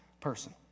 person